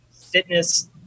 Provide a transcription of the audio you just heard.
fitness